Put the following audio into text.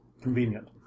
Convenient